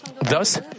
thus